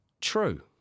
True